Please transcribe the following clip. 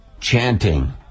chanting